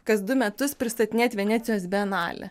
kas du metus pristatinėt venecijos bienalę